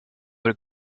were